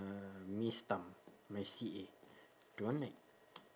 uh miss tham my C_A don't like